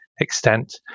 extent